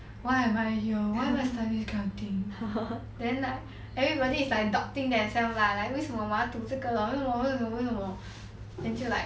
why am I here why am I studying this kind of thing then like everybody is like doubting themselves lah like 为什么我要读这个 lor like 为什么为什么为什么 then 就 like